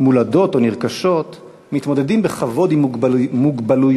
מולדות או נרכשות מתמודדים בכבוד עם מוגבלויותיהם.